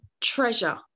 treasure